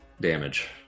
damage